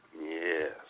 Yes